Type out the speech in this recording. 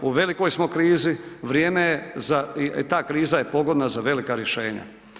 U velikoj smo krizi, vrijeme je za i ta kriza je pogodna za velika rješenja.